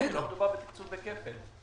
לא מדובר בתקצוב בכפל.